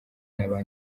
naba